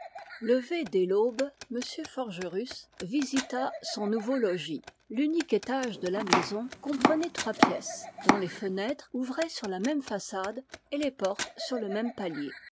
levé dès l'aube m forgerus visita son nouveau logis l'unique étage de la maison comprenait trois pièces dont les fenêtres ouvraient sur la même façade et les portes sur le même palier